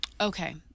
Okay